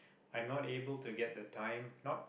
I'm not able to get the time not